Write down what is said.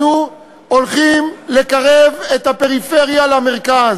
אנחנו הולכים לקרב את הפריפריה למרכז,